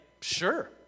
Sure